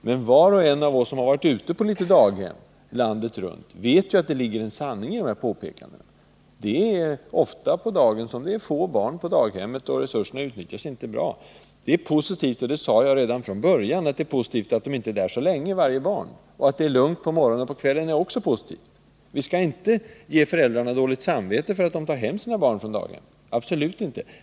Men var och en av oss som har varit ute på daghem landet runt vet att det ligger en sanning i dessa påpekanden. Det är ofta bara ett fåtal barn på daghemmen -— resurserna utnyttjas inte på ett bra sätt. Men jag sade redan från början att det är positivt att barnen inte är på daghemmet så lång tid. Det är bra att det är lugnt på morgonen och på kvällen. Vi skall inte ge föräldrarna dåligt samvete för att de ibland tar hem sina barn från daghemmet tidigt.